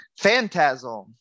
Phantasm